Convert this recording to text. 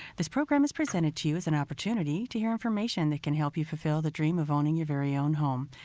this program is presented to you as an opportunity to hear information that can help you fulfill the dream of owning your very own home.